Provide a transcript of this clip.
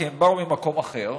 כי הם באו ממקום אחר.